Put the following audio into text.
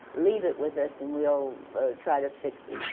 leave it with us and we'll try to fix it.